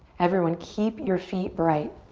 everyone keep your feet bright,